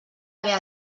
haver